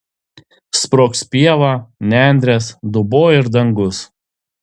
sprogs pieva nendrės dubuo ir dangus